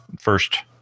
first